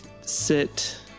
sit